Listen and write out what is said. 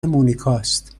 مونیکاست